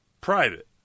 private